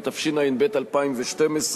התשע"ב 2012,